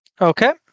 Okay